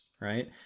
right